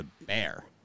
bear